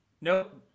nope